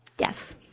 Yes